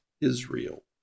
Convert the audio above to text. Israel